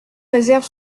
réserve